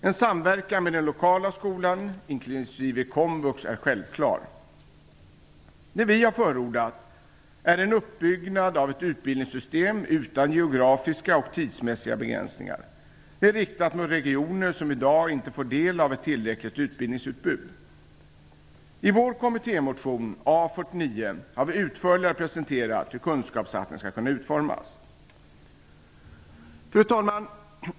En samverkan med den lokala skolan, inklusive komvux, är självklar. Det vi har förordat är en uppbyggnad av ett utbildningssystem utan geografiska och tidsmässiga begränsningar. Det är riktat mot regioner som i dag inte får del av ett tillräckligt utbildningsutbud. I vår kommittémotion A49 har vi utförligare presenterat hur kunskapssatsningen skall kunna utformas. Fru talman!